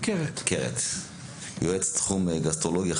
יועץ תחום גסטרואנטרולוגיה,